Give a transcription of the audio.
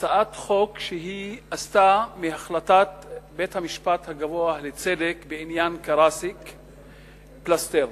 הצעת חוק שעשתה את החלטת בית-המשפט הגבוה לצדק בעניין קרסיק פלסתר.